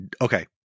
Okay